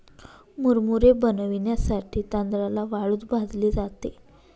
मुरमुरे बनविण्यासाठी तांदळाला वाळूत भाजले जाते